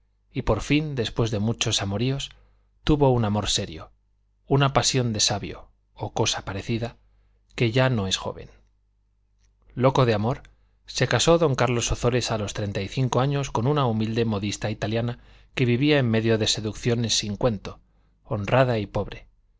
y por fin después de muchos amoríos tuvo un amor serio una pasión de sabio o cosa parecida que ya no es joven loco de amor se casó don carlos ozores a los treinta y cinco años con una humilde modista italiana que vivía en medio de seducciones sin cuento honrada y pobre